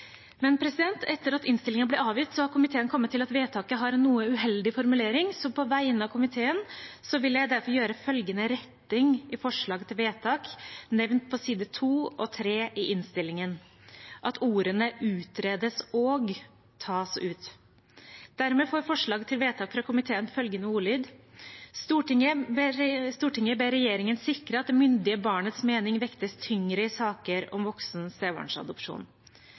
Men etter at innstillingen ble avgitt, har komiteen kommet til at vedtaket har en noe uheldig formulering, så på vegne av komiteen vil jeg derfor gjøre følgende retting i forslaget til vedtak nevnt på sidene 2 og 3 i innstillingen: Ordene «utrede og» tas ut. Dermed får forslaget til vedtak fra komiteen følgende ordlyd: «Stortinget ber regjeringen sikre at det myndige barnets mening vektes tyngre i saker om voksen